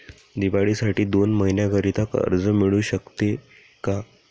दिवाळीसाठी दोन महिन्याकरिता कर्ज मिळू शकते का?